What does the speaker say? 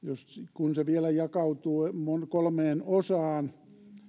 kun se vielä jakautuu kolmeen osaan